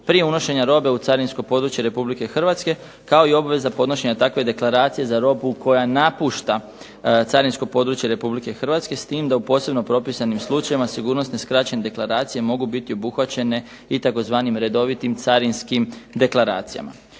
prije unošenja robe u carinsko područje Republike Hrvatske kao i obveza podnošenja takve deklaracije za robu koja napušta carinsko područje Republike Hrvatske s tim da u posebno propisanim slučajevima sigurnosne skraćene deklaracije mogu biti obuhvaćene i tzv. redovitim carinskim deklaracijama.